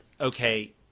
okay